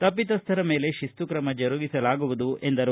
ತಪ್ಪಿತಸ್ತರ ಮೇಲೆ ಶಿಸ್ತು ಕ್ರಮ ಜರುಗಿಸಲಾಗುವುದು ಎಂದರು